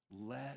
Let